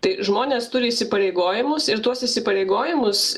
tai žmonės turi įsipareigojimus ir tuos įsipareigojimus